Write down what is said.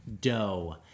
dough